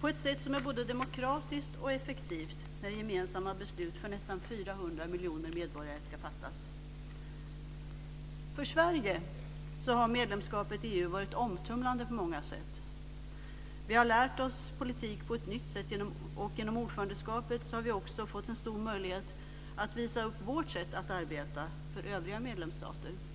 på ett sätt som är både demokratiskt och effektivt när gemensamma beslut för nästan 400 miljoner medborgare ska fattas. För Sverige har medlemskapet i EU varit omtumlande på många sätt. Vi har lärt oss politik på ett nytt sätt, och genom ordförandeskapet har vi också fått en stor möjlighet att visa upp vårt sätt att arbeta för övriga medlemsstater.